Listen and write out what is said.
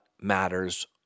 matters